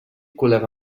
col·lega